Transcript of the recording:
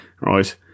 right